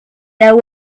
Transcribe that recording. there